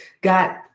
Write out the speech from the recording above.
got